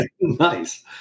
Nice